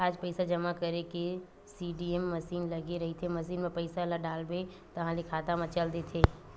आज पइसा जमा करे के सीडीएम मसीन लगे रहिथे, मसीन म पइसा ल डालबे ताहाँले खाता म चल देथे